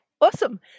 Awesome